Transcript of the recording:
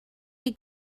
chi